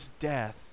death